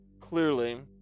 clearly